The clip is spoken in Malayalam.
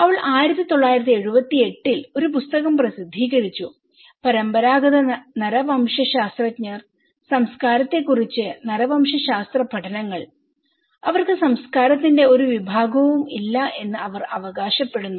അവൾ 1978 ൽ ഒരു പുസ്തകം പ്രസിദ്ധീകരിച്ചു പരമ്പരാഗത നരവംശശാസ്ത്രജ്ഞർ സംസ്കാരത്തെക്കുറിച്ചുള്ള നരവംശശാസ്ത്ര പഠനങ്ങൾ അവർക്ക് സംസ്കാരത്തിന്റെ ഒരു വിഭാഗവും ഇല്ല എന്ന് അവർ അവകാശപ്പെടുന്നു